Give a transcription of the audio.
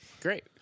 Great